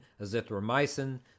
azithromycin